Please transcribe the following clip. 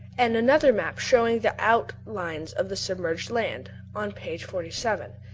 and another map, showing the outlines of the submerged land, on page forty seven.